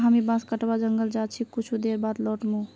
हामी बांस कटवा जंगल जा छि कुछू देर बाद लौट मु